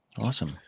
Awesome